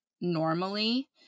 normally